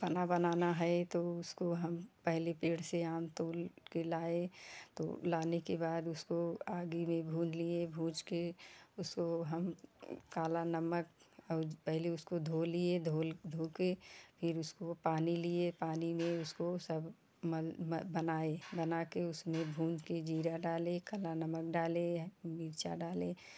पना बनाना है तो उसको हम पहले पेड़ से आम तोड़ के लाए तो लाने के बाद उसको आगी में भून लिए भूंज के उसको हम काला नमक और पहले उसको धो लिए धोल धोके फिर उसको पानी लिए पानी में उसको सब मल म बनाए बनाके उसमें भूँज के जीरा डालें काला नमक डालें मिर्चा डालें